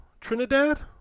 Trinidad